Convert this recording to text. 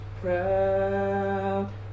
proud